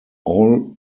all